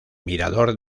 mirador